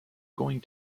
going